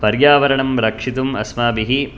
पर्यावरणं रक्षितुम् अस्माभिः